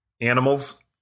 Animals